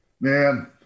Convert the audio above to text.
Man